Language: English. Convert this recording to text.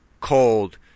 cold